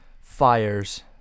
fires